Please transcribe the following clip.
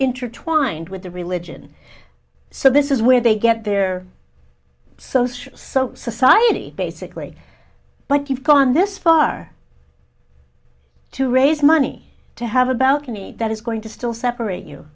intertwined with the religion so this is where they get their social society basically but you've gone this far to raise money to have a balcony that is going to still separate you